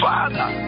Father